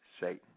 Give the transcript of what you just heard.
Satan